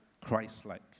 Christ-like